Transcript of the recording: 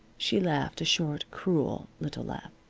she laughed a short cruel little laugh.